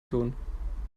tun